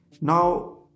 now